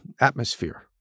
atmosphere